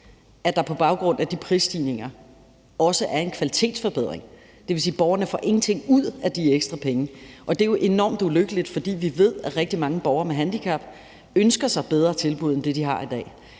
at der på baggrund af de prisstigninger også er en kvalitetsforbedring. Det vil sige, at borgerne ingenting får ud af de ekstra penge, og det er jo enormt ulykkeligt, fordi vi ved, at rigtig mange borgere med handicap ønsker sig bedre tilbud end det, de har i dag,